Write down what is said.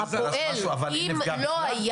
אם העובד לא היה